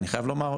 אני חייב לומר,